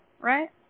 right